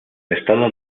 estado